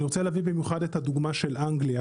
אני רוצה להביא במיוחד את הדוגמה של אנגליה,